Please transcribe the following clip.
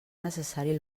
necessari